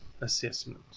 assessment